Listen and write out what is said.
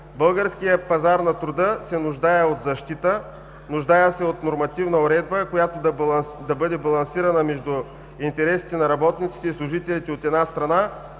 Българският пазар на труда се нуждае от защита, нуждае се от нормативна уредба, която да бъде балансирана между интересите на работниците и служителите, от една страна,